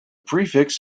prefix